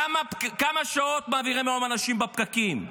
כמה שעות מעבירים היום אנשים בפקקים?